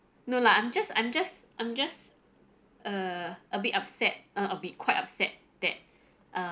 no lah I'm just I'm just I'm just err a bit upset I'd be quite upset that err